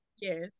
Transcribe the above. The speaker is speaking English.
yes